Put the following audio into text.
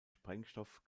sprengstoff